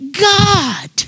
God